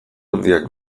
handiak